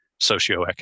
socioeconomic